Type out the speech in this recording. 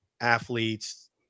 athletes